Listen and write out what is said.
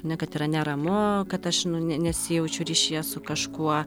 ne kad yra neramu kad aš nu ne nesijaučiu ryšyje su kažkuo